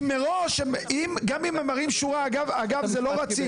כי מראש, גם אם הם מראים שורה, אגב, זה לא רציף.